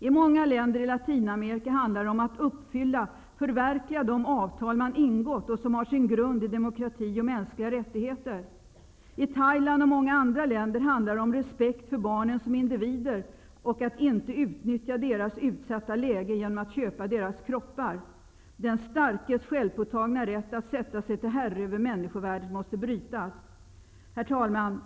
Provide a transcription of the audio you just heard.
I många länder i Latinamerika handlar det om att uppfylla, förverkliga, de avtal man ingått och som har sin grund i demokrati och mänskliga rättigheter. I Thailand och många andra länder handlar det om respekt för barnen som individer och om att inte utnyttja deras utsatta läge genom att köpa deras kroppar. Den starkes självpåtagna rätt att sätta sig till herre över människovärdet måste brytas. Herr talman!